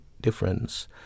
difference